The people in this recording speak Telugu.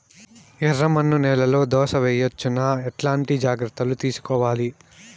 ఎర్రమన్ను నేలలో దోస వేయవచ్చునా? ఎట్లాంటి జాగ్రత్త లు తీసుకోవాలి?